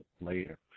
later